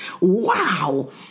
Wow